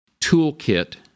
toolkit